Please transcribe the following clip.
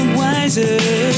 wiser